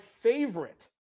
favorite